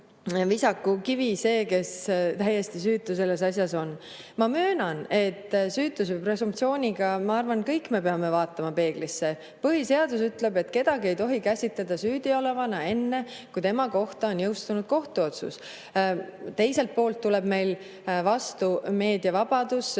et visaku kivi see, kes selles asjas täiesti süütu on. Ma möönan, et süütuse presumptsiooniga me kõik peame vaatama peeglisse. Põhiseadus ütleb, et kedagi ei tohi käsitada süüdiolevana enne, kui tema kohta on jõustunud kohtuotsus. Teiselt poolt tuleb meil vastu meediavabadus,